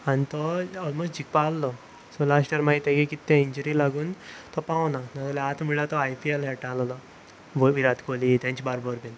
आनी तो ऑलमोस्ट जिखपा आसलो सो लास्ट इयर मागीर ताचें कितें तें इंजरी लागून तो पावना नाजाल्यार आतां म्हणल्यार तो आय पी एल खेळटा आसललो विराट कोहली तांचे बारबर बीन